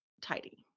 tidy